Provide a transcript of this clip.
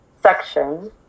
section